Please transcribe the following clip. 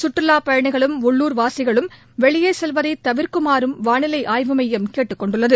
கற்றுலாப்பயணிகளும் உள்ளுர்வாசிகளும் வெளியே செல்வதை தவிர்க்குமாறும் வானிலை ஆய்வு மையம் கேட்டுக்கொண்டுள்ளது